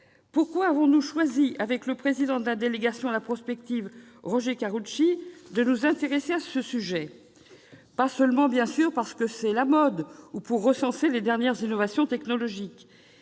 Pourquoi avons-nous choisi, avec le président de la délégation à la prospective, de nous intéresser à ce sujet ? Ce n'est pas seulement parce que c'est la mode ou pour recenser les dernières innovations technologiques